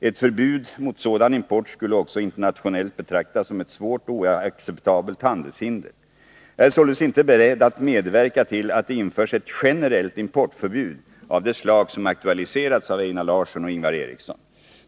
Ett förbud mot sådan import skulle också internationellt betraktas som ett svårt och oacceptabelt handelshinder. Jag är således inte beredd att medverka till att det införs ett generellt importförbud av det slag som aktualiserats av Einar Larsson och Ingvar Eriksson.